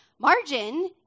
margin